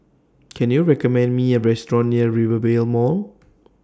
Can YOU recommend Me A Restaurant near Rivervale Mall